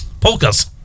polkas